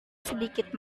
sedikit